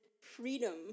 freedom